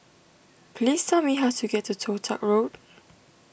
please tell me how to get to Toh Tuck Road